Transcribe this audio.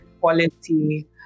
quality